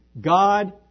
God